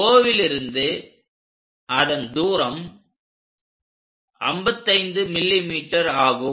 Oலிருந்து அதன் தூரம் 55 mm ஆகும்